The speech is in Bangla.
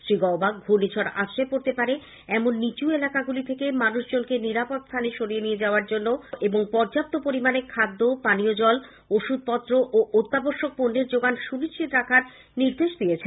শ্রী গৌবা ঘূর্ণিঝড় আছড়ে পড়তে পারে এমন নীচু এলাকাগুলি থেকে মানুষজনকে নিরাপদ স্হানে সরিয়ে নিয়ে যাওয়ার এবং পর্যাপ্ত পরিমাণে খাদ্য পানীয় জল ওষুধপত্র এবং অত্যাবশ্যক পণ্যের যোগান সুনিশ্চিত রাখার নির্দেশ দেন